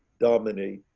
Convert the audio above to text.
dominate,